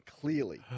clearly